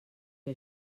que